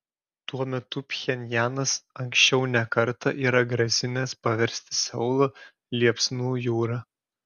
tuo metu pchenjanas anksčiau ne kartą yra grasinęs paversti seulą liepsnų jūra